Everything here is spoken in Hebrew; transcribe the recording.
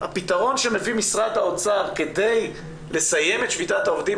שמביא משרד האוצר כדי לסיים את שביתת העובדים